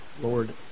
Lord